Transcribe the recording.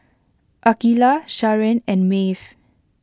Akeelah Sharen and Maeve